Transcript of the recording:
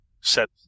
set